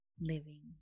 living